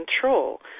control